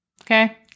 okay